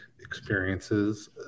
experiences